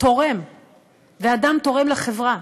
תורם ואדם תורם לחברה,